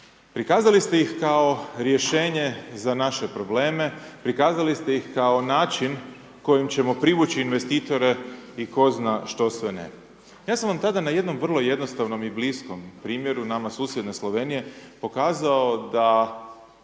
prikazali ste ih kao rješenje za naše probleme, prikazali ste ih kao način kojim ćemo privući investitore i 'ko zna što sve ne. Ja sam vam tada na jednom vrlo jednostavnom i bliskom primjeru nama susjedne Slovenije, pokazao da